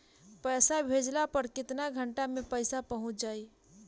पैसा भेजला पर केतना घंटा मे पैसा चहुंप जाई?